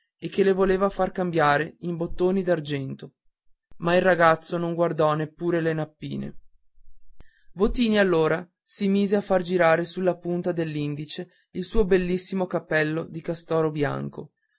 e che le volea far cambiare in bottoni d'argento ma il ragazzo non guardò neppure le nappine votini allora si mise a far girare sulla punta dell'indice il suo bellissimo cappello di castoro bianco